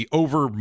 over